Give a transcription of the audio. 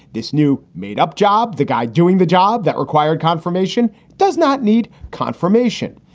this new made up job, the guy doing the job that required confirmation does not need confirmation.